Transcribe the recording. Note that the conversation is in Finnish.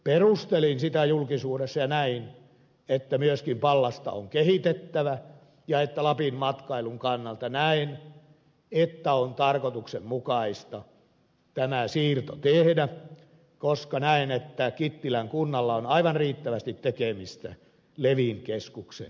perustelin sitä julkisuudessa ja näin että myöskin pallasta on kehitettävä ja että lapin matkailun kannalta on tarkoituksenmukaista tämä siirto tehdä koska näen että kittilän kunnalla on aivan riittävästi tekemistä levin keskuksen kehittämisessä